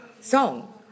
song